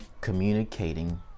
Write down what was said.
communicating